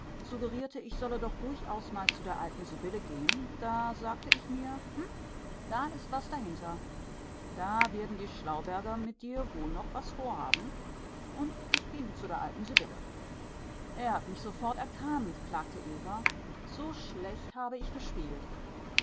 suggerierte ich solle doch durchaus mal zu der alten sibylle gehen da sagte ich mir hm da ist was dahinter da werden die schlauberger mit dir wohl noch was vorhaben und ich ging zu der alten sibylle er hat mich sofort erkannt klagte eva so schlecht habe ich gespielt